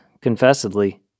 confessedly